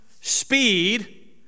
speed